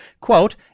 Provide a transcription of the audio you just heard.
quote